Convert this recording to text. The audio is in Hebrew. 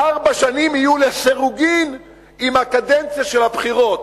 הארבע שנים יהיו לסירוגין עם הקדנציה של הבחירות,